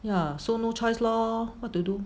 ya so no choice lor what to do